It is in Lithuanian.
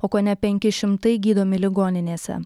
o kone penki šimtai gydomi ligoninėse